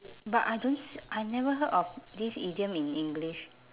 but I don't s~ I never heard of this idiom in english